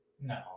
No